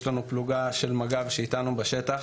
יש לנו פלוגה של מג"ב שאיתנו בשטח.